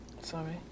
Sorry